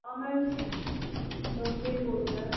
हाँ ma'am Ceylon से ही बोल रहे हैं